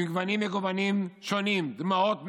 עם גוונים מגוונים שונים, דמעות מלבבות,